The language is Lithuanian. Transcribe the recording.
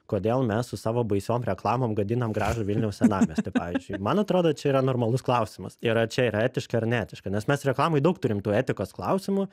kodėl mes su savo baisiom reklamom gadinam gražų vilniaus senamiestį pavyzdžiui man atrodo čia yra normalus klausimas ir ar čia yra etiška ar neetiška nes mes reklamoj daug turim tų etikos klausimų